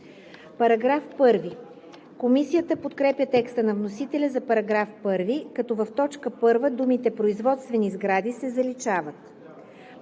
разпоредба“. Комисията подкрепя текста на вносителя за § 1, като в т. 1 думите „производствени сгради“ се заличават.